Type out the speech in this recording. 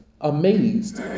amazed